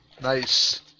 Nice